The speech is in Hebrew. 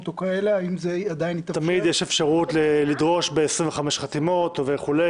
--- תמיד יש אפשרות לדרוש ב-25 חתימות וכו',